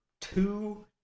two